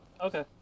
Okay